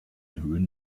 höhen